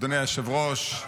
אדוני היושב-ראש,